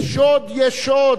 יש שוד, יש שוד.